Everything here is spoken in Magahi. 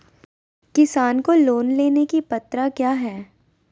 किसान को लोन लेने की पत्रा क्या है?